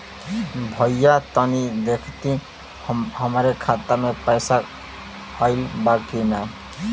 भईया तनि देखती हमरे खाता मे पैसा आईल बा की ना?